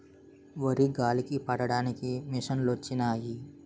వరి గాలికి పట్టడానికి మిసంలొచ్చినయి